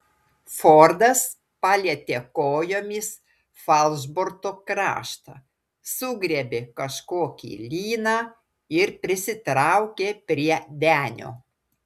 fordas palietė kojomis falšborto kraštą sugriebė kažkokį lyną ir prisitraukė prie denio